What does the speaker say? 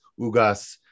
Ugas